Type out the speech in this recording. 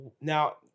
now